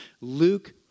Luke